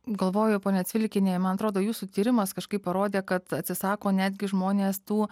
galvoju ponia cvilikiene man atrodo jūsų tyrimas kažkaip parodė kad atsisako netgi žmonės tų